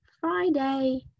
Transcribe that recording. Friday